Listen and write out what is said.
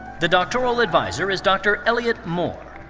the doctoral adviser is dr. elliot moore.